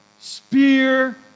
spear